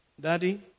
Daddy